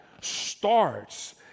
starts